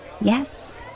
Yes